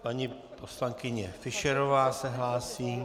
Paní poslankyně Fischerová se hlásí.